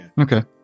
Okay